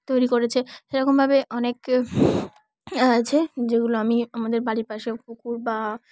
তৈরি করেছে সেরকমভাবে অনেক আছে যেগুলো আমি আমাদের বাড়ির পাশে পুকুর বা